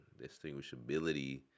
distinguishability